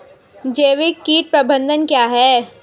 जैविक कीट प्रबंधन क्या है?